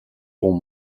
ton